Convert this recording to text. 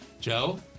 Joe